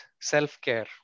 self-care